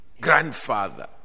grandfather